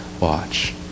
watch